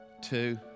two